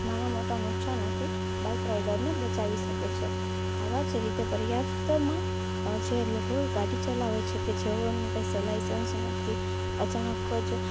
નાના મોટા નુકસાનોથી બાઇક રાઇડરને બચાવી શકે છે આવા જ રીતે પર્યાપ્તમાં જે લોકો ગાડી ચલાવે છે કે જેઓની પાસે લાયસન્સ નથી અચાનક જ